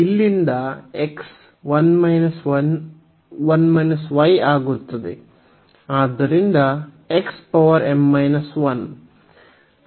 ಇಲ್ಲಿಂದ x 1 y ಆಗುತ್ತದೆ